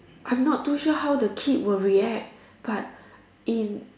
I'm not too sure how the kid will react but in